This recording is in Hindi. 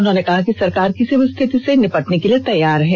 उन्होंने कहा कि सरकार किसी भी स्थिति से निपटने के लिए तैयार है